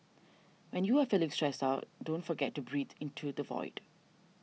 when you are feeling stressed out don't forget to breathe into the void